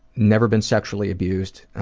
never been sexually abused.